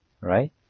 right